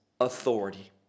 authority